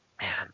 Man